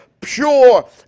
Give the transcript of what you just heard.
pure